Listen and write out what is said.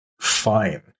fine